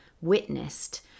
witnessed